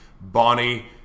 Bonnie